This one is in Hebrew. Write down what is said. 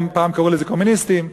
פעם קראו לזה קומוניסטים,